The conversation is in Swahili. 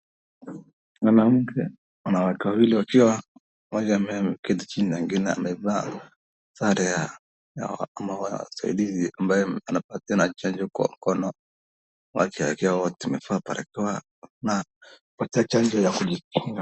Mwanamke wanawekwa wawili wakiwa mmoja ameketi chini na mwingine amevaa sare ya ya ama wa usaidizi ambaye anapatiwa na chanjo kwa mkono wake akiwa watu wamevaa barakoa na anapatiwa chanjo ya kujikinga.